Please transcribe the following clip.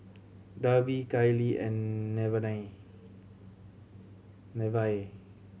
Darby Kailey and Nevaeh